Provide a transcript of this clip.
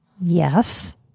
Yes